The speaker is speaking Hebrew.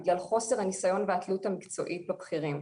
בגלל חוסר הניסיון והתלות המקצועיות בבכירים.